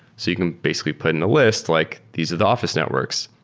so you can basically put in the list like, these are the office networks.